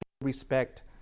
respect